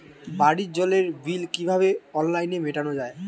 বাড়ির জলের বিল কিভাবে অনলাইনে মেটানো যায়?